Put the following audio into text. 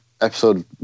episode